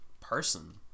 person